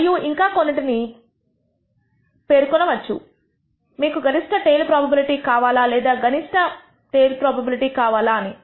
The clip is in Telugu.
మరియు ఇంకా కొన్నిటిని n పేర్కొనవచ్చు మీకు గరిష్ట టెయిల్ ప్రోబబిలిటీ కావాలా లేదా కనిష్ట ప్రోబబిలిటీ కావాలా అని